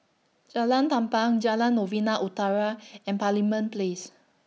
Jalan Tampang Jalan Novena Utara and Parliament Place